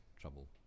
trouble